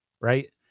right